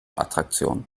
attraktion